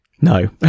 No